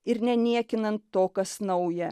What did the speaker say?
ir neniekinant to kas nauja